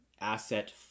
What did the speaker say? asset